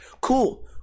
Cool